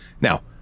Now